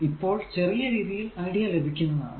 ഇപ്പോൾ ചെറിയ രീതിയിൽ ഐഡിയ ലഭിക്കുന്നതാണ്